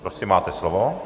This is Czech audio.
Prosím máte slovo.